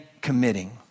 committing